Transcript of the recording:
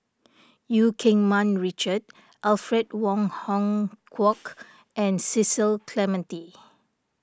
Eu Keng Mun Richard Alfred Wong Hong Kwok and Cecil Clementi